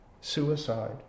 suicide